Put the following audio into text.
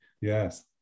Yes